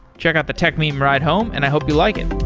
check out the techmeme ride home, and i hope you like it.